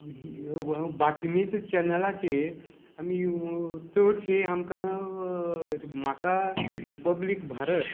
बातमी चॅनलाचेर आमी चडशें आमकां म्हाका रिपब्लीक भारत